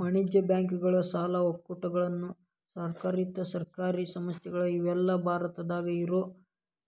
ವಾಣಿಜ್ಯ ಬ್ಯಾಂಕುಗಳ ಸಾಲ ಒಕ್ಕೂಟಗಳ ಸರ್ಕಾರೇತರ ಸಹಕಾರಿ ಸಂಸ್ಥೆಗಳ ಇವೆಲ್ಲಾ ಭಾರತದಾಗ ಇರೋ